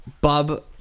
Bob